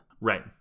right